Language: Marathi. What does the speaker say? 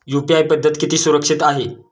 यु.पी.आय पद्धत किती सुरक्षित आहे?